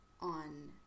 on